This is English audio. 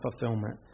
fulfillment